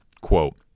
quote